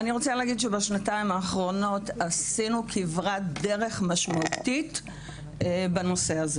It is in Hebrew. בשנתיים האחרונות עשינו כברת דרך משמעותית בנושא.